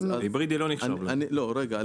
היברידי לא נחשב, נכון?